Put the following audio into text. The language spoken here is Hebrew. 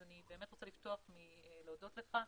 אני רוצה להודות לך.